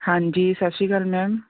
ਹਾਂਜੀ ਸਤਿ ਸ਼੍ਰੀ ਅਕਾਲ ਮੈਮ